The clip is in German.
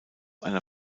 einer